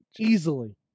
Easily